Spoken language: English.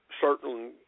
certain